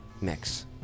mix